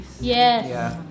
Yes